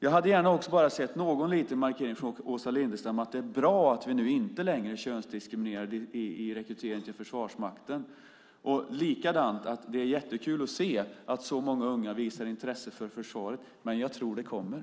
Jag hade gärna också sett bara någon liten markering från Åsa Lindestam om att det är bra att vi nu inte längre könsdiskriminerar vid rekryteringen till Försvarsmakten och att det är jättekul att se att så många unga visar intresse för försvaret, men jag tror att det kommer.